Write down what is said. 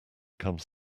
comes